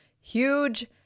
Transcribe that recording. Huge